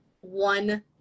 one